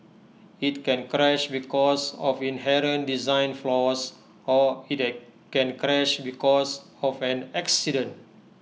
IT can crash because of inherent design flaws or IT can crash because of an accident